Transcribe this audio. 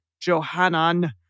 Johanan